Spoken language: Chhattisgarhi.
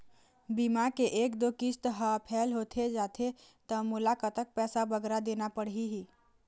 बीमा के एक दो किस्त हा फेल होथे जा थे ता मोला कतक पैसा बगरा देना पड़ही ही?